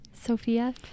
Sophia